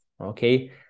Okay